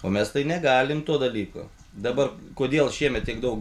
o mes negalim to dalyko dabar kodėl šiemet tiek daug